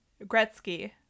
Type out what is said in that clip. Gretzky